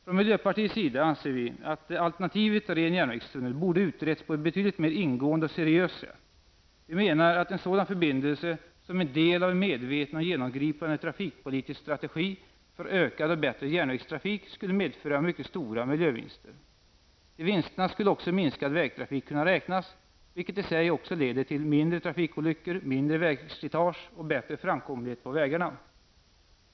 Från miljöpartiets sida anser vi att alternativet en ren järnvägstunnel borde utretts på ett betydligt mer ingående och seriöst sätt. Vi menar att en sådan förbindelse som en del av en medveten och genomgripande trafikpolitisk strategi för ökad och bättre järnvägstrafik skulle medföra mycket stora miljövinster. Till vinsterna skulle också minskad vägtrafik kunna räknas, vilket i sig också leder till mindre trafikolyckor, mindre vägslitage och bättre framkomlighet på vägarna.